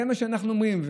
זה מה שאנחנו אומרים.